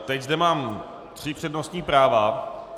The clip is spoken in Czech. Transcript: Teď zde mám tři přednostní práva.